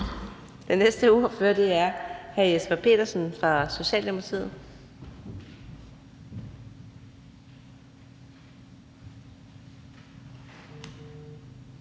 Den første ordfører er hr. Jesper Petersen fra Socialdemokratiet.